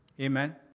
Amen